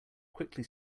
quickly